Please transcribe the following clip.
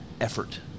effort